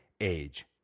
age